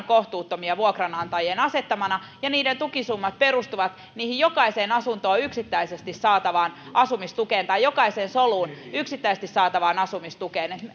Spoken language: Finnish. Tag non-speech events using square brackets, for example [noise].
[unintelligible] kohtuuttomia vuokranantajien asettamina ja niiden tukisummat perustuvat siihen jokaiseen asuntoon yksittäisesti saatavaan asumistukeen tai jokaiseen soluun yksittäisesti saatavaan asumistukeen [unintelligible]